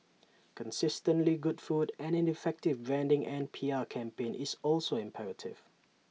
consistently good food and an effective branding and P R campaign is also imperative